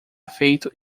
feito